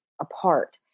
apart